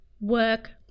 work